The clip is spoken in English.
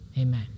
Amen